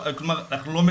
אנחנו לא משנים את הדת,